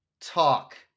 Talk